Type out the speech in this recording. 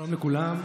4000,